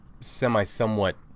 semi-somewhat